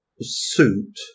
suit